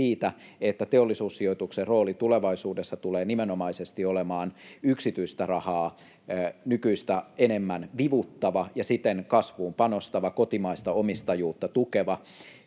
että Teollisuussijoituksen rooli tulevaisuudessa tulee nimenomaisesti olemaan yksityistä rahaa nykyistä enemmän vivuttava ja siten kasvuun panostava, kotimaista omistajuutta tukeva.